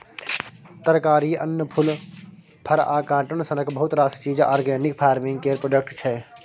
तरकारी, अन्न, फुल, फर आ काँटन सनक बहुत रास चीज आर्गेनिक फार्मिंग केर प्रोडक्ट छै